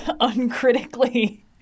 uncritically